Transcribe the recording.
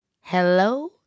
hello